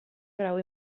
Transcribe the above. grau